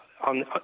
On